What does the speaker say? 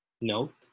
Note